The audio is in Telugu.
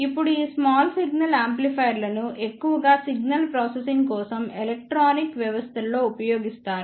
ఇప్పుడు ఈ స్మాల్ సిగ్నల్ యాంప్లిఫైయర్లను ఎక్కువగా సిగ్నల్ ప్రాసెసింగ్ కోసం ఎలక్ట్రానిక్ వ్యవస్థలలో ఉపయోగిస్తారు